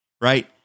right